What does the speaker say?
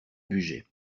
bugey